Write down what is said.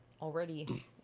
already